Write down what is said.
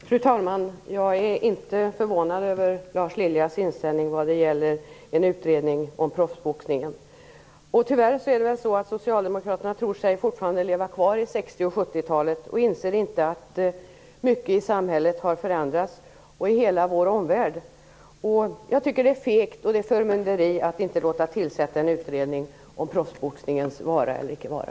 Fru talman! Jag är inte förvånad över Lars Liljas inställning till en utredning om proffsboxningen. Tyvärr tror sig socialdemokraterna fortfarande leva kvar i 60 och 70-talen. De inser inte att mycket i samhället och i hela vår omvärld har förändrats. Jag tycker att det är feghet och förmynderi att inte låta tillsätta en utredning om proffsboxningens vara eller icke vara.